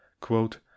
Quote